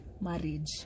marriage